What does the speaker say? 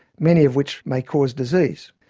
many of which may cause disease.